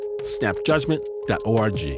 snapjudgment.org